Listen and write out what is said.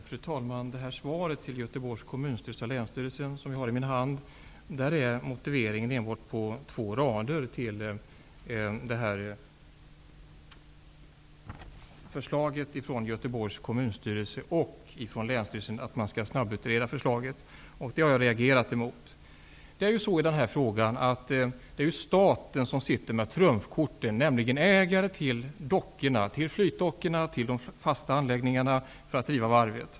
Fru talman! I detta svar till Göteborgs kommunstyrelse och länsstyrelsen, som jag har i min hand, är motiveringen till förslaget att man skall snabbutreda på bara två rader. Detta har jag reagerat mot. Det är ju staten som sitter med trumfkortet i denna fråga, nämligen som ägare till dockorna, till flytdockorna och till de fasta anläggningarna för att driva varvet.